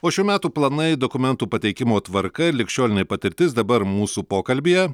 o šių metų planai dokumentų pateikimo tvarka ir ligšiolinė patirtis dabar mūsų pokalbyje